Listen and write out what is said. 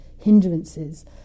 hindrances